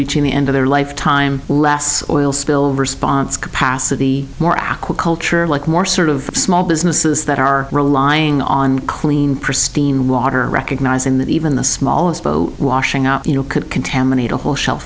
reaching the end of their life time less oil spill response capacity more aquaculture like more sort of small businesses that are relying on clean pristine water recognizing that even the smallest boat washing out you know could contaminate a whole shell